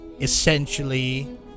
essentially